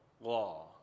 law